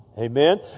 Amen